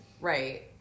Right